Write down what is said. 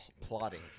plotting